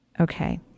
Okay